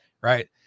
right